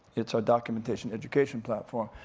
it's our documentation, education platform.